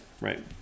right